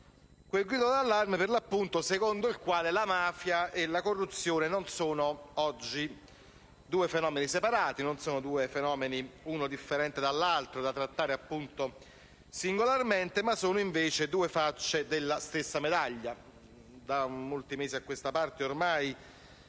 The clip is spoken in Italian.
Quel grido di allarme, per l'appunto, secondo il quale la mafia e la corruzione non sono oggi due fenomeni separati, l'uno differente dall'altro, da trattare singolarmente, ma sono invece due facce della stessa medaglia. Da molti mesi a questa parte ormai